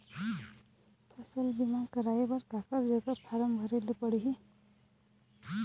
फसल बीमा कराए बर काकर जग फारम भरेले पड़ही?